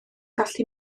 gallu